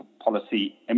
policy